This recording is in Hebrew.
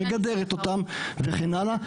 מגדרת אותם וכן הלאה,